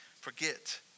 forget